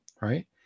right